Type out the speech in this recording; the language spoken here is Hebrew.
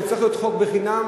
שצריך להיות חוף חינם,